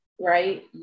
right